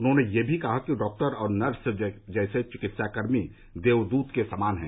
उन्होंने यह भी कहा कि डॉक्टर और नर्स जैसे चिकित्साकर्मी देवदूत के समान हैं